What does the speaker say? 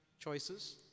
choices